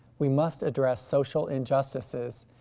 we must address social injustices,